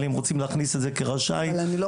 אבל אם רוצים להכניס את זה כרשאי, יכול להיות.